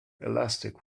elastic